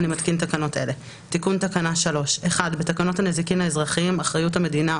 אני מתקין תקנות אלה: תיקון תקנה 31. בתקנות הנזיקין האזרחיים (אחריות המדינה)